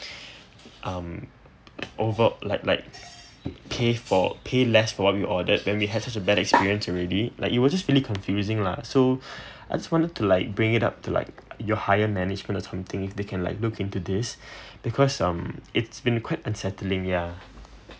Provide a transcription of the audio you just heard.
um over like like pay for pay less for what we ordered when we had a bad experience already like it was really confusing lah so I just want to like bring it up to like your higher management or something so they can like look into this because um it's been quite unsettling ya